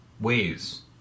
ways